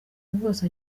bwose